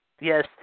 Yes